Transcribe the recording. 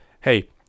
hey